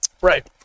Right